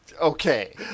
Okay